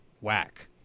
whack